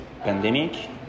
pandemic